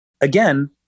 Again